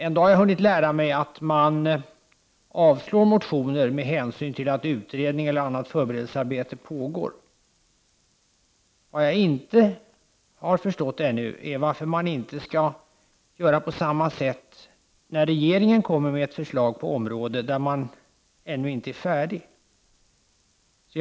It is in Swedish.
Men jag har ändå hunnit lära mig att man avslår motioner med hänvisning till att utredningar och annat förberedelsearbete pågår. Vad jag ännu inte förstått är varför man inte skall göra på samma sätt när regeringen kommer med förslag på ett område där man ännu inte är färdig för ett ställningstagande.